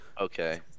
Okay